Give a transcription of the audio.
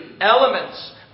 elements